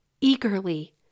eagerly